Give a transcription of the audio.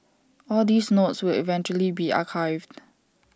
all these notes will eventually be archived